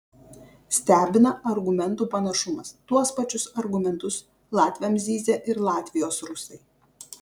stebina argumentų panašumas tuos pačius argumentus latviams zyzia ir latvijos rusai